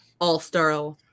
All-Star